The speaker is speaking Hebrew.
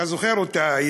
אתה זוכר אותה,